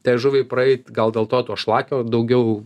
tai žuviai praeit gal dėl to šlakio daugiau